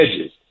edges